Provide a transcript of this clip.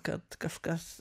kad kažkas